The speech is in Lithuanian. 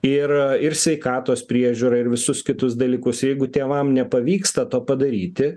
ir ir sveikatos priežiūrą ir visus kitus dalykus jeigu tėvam nepavyksta to padaryti